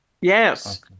Yes